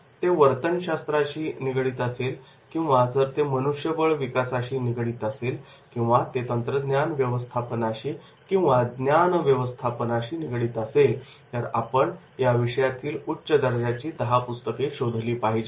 ते वर्तनशास्त्राशी निगडित असेल किंवा जर ते मनुष्यबळ विकासाशी निगडित असेल किंवा ते तंत्रज्ञान व्यवस्थापनाशी किंवा ज्ञान व्यवस्थापनाशी निगडीत असेल तर आपण या विषयातील उच्च दर्जाची दहा पुस्तके शोधली पाहिजेत